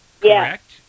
Correct